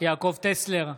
יעקב טסלר,